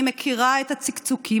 אני מכירה את הצקצוקים,